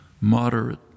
moderate